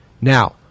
now